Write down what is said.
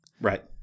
right